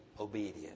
obedient